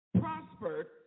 prospered